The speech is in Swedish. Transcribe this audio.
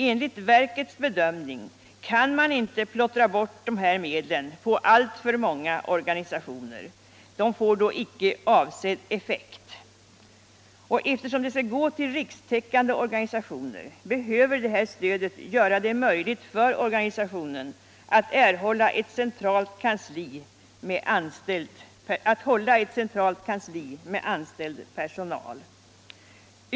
Enligt verkets bedömning kan man inte plottra bort de här medlen på alltför många organisationer. De får då icke avsedd effekt. Eftersom stödet skall gå till rikstäckande organisationer behöver det göra det möjligt för dessa att hålla ett centralt kansli med anställd personal.